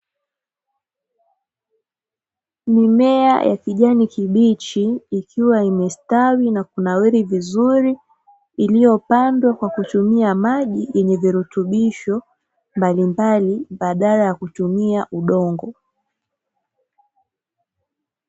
Mimea ya kijani kibichi ikiwa imestawi na kunawiri vizuri, iliyopandwa kwa kutumia maji yenye virutubisho mbali mbali, baadala ya kutumia udongo.